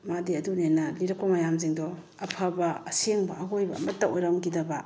ꯃꯥꯗꯤ ꯑꯗꯨꯅꯦꯅ ꯂꯤꯔꯛꯄ ꯃꯌꯥꯝꯁꯤꯗꯣ ꯑꯐꯕ ꯑꯁꯦꯡꯕ ꯑꯑꯣꯏꯕ ꯑꯃꯠꯇ ꯑꯣꯏꯔꯝꯈꯤꯗꯕ